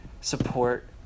support